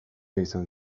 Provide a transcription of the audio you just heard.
izan